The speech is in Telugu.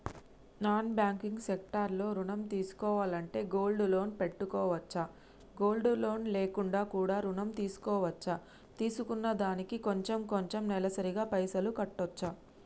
నాన్ బ్యాంకింగ్ సెక్టార్ లో ఋణం తీసుకోవాలంటే గోల్డ్ లోన్ పెట్టుకోవచ్చా? గోల్డ్ లోన్ లేకుండా కూడా ఋణం తీసుకోవచ్చా? తీసుకున్న దానికి కొంచెం కొంచెం నెలసరి గా పైసలు కట్టొచ్చా?